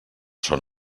són